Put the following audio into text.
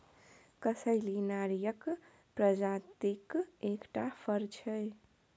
कसैली नारियरक प्रजातिक एकटा फर छै